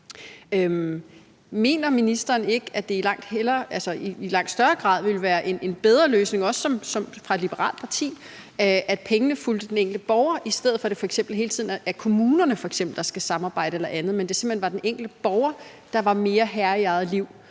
Mener ministeren ikke, at det i langt større grad ville være en bedre løsning, også fra et liberalt partis side, at pengene fulgte den enkelte borger, i stedet for at det f.eks. hele tiden er kommunerne eller andre, der skal samarbejde, altså at det simpelt hen var den enkelte borger, der var mere herre i eget liv